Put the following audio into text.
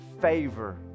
favor